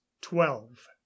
twelve